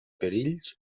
perills